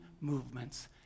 movements